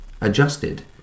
adjusted